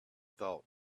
thought